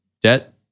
debt